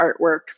artworks